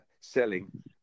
selling